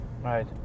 Right